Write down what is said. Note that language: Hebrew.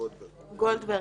גולדברג